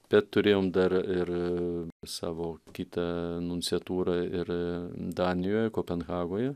bet turėjom dar ir savo kitą nunciatūrą ir danijoj kopenhagoje